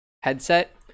headset